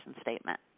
statement